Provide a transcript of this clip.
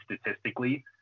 statistically